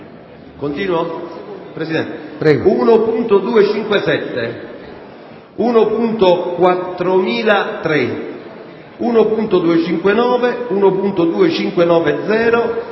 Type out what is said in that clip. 1.257, 1.4003, 1.259, 1.2590,